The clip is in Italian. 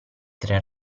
tre